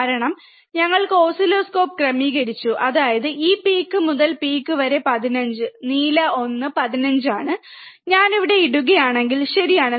കാരണം ഞങ്ങൾക്ക് ഓസിലോസ്കോപ്പ് ക്രമീകരിച്ചു അതായത് ഈ പീക്ക് മുതൽ പീക്ക് വരെ 15 നീല ഒന്ന് 15 ആണ് ഞാനിവിടെ ഇടുകയാണെങ്കിൽ ശരിയാണ്